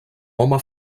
home